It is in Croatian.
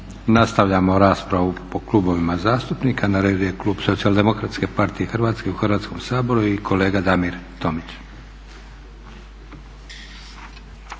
Nastavljamo raspravu po klubovima zastupnika. Na redu je klub Socijaldemokratske partije Hrvatske u Hrvatskom saboru i kolega Damir Tomić.